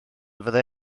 fyddai